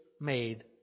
made